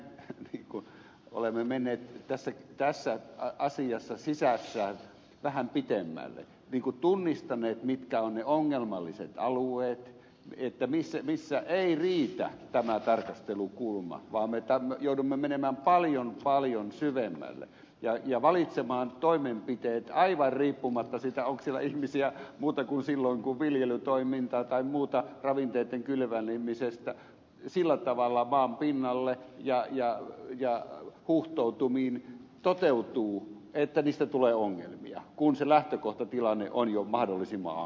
tiusanen me olemme menneet tässä asiassa sisässään vähän pitemmälle niin kuin tunnistaneet mitkä ovat ne ongelmalliset alueet missä ei riitä tämä tarkastelukulma vaan me joudumme menemään paljon paljon syvemmälle ja valitsemaan toimenpiteet aivan riippumatta siitä onko siellä ihmisiä kun viljelytoimintaa tai muuta ravinteitten kylvämistä toteutuu sillä tavalla maan pinnalle ja huuhtoutumiin että niistä tulee ongelmia kun se lähtökohtatilanne on jo mahdollisimman ankea